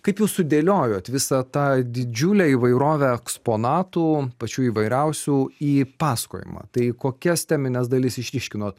kaip jūs sudėliojot visą tą didžiulę įvairovę eksponatų pačių įvairiausių į pasakojimą tai kokias temines dalis išryškinot